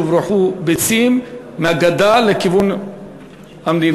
הוברחו ביצים מהגדה לכיוון המדינה.